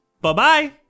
Bye-bye